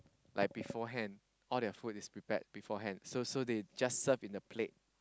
like beforehand all their food is prepared beforehand so so they just serve in a plate